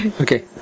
Okay